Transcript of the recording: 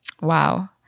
Wow